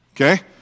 okay